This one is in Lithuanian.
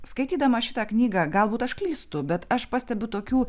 skaitydama šitą knygą galbūt aš klystu bet aš pastebiu tokių